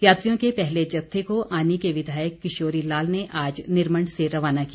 यात्रियों के पहले जत्थे को आनी के विधायक किशोरी लाल ने आज निरमण्ड से रवाना किया